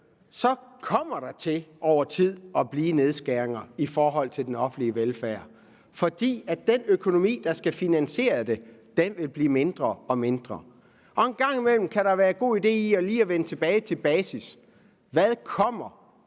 kommer der til over tid at blive nedskæringer i forhold til den offentlige velfærd, fordi den økonomi, der skal finansiere det, vil blive mindre og mindre, og en gang imellem kan der være en god idé i lige at vende tilbage til basis. Hvor kommer